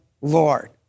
Lord